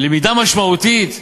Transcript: למידה משמעותית,